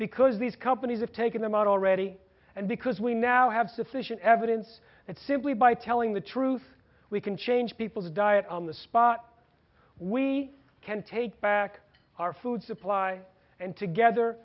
because these companies have taken them out already and because we now have sufficient evidence that simply by telling the truth we can change people's diet on the spot we can take back our food supply and together